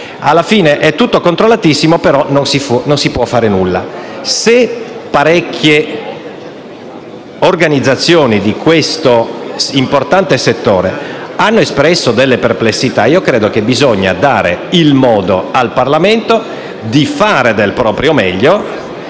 Alla fine tutto è controllatissimo, ma poi non si può fare nulla. Se parecchie organizzazioni di questo importante settore hanno espresso delle perplessità credo che occorra dare modo al Parlamento di fare del proprio meglio